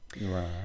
Right